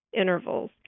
intervals